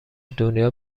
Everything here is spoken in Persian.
دنیا